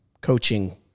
coaching